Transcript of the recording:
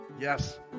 Yes